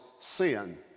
sin